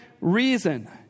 reason